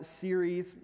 series